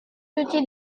cuci